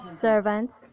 servants